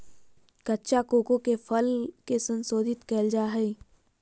कच्चा कोको के फल के संशोधित कइल जा हइ